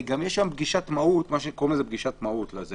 הרי פגישת מהו"ת יש